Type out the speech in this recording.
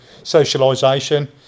socialisation